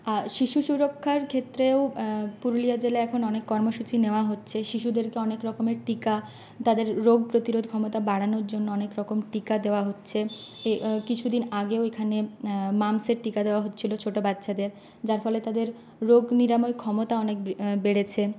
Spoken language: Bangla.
শিশুসুরক্ষার ক্ষেত্রেও পুরুলিয়া জেলায় এখন অনেক কর্মসূচি নেওয়া হচ্ছে শিশুদেরকে অনেক রকমের টিকা তাদের রোগ প্রতিরোধ ক্ষমতা বাড়ানোর জন্য অনেক রকম টিকা দেওয়া হচ্ছে কিছুদিন আগেও এখানে মাম্পসের টিকা দেওয়া হচ্ছিলো ছোটো বাচ্চাদের যার ফলে তাদের রোগ নিরাময় ক্ষমতা অনেক বেড়েছে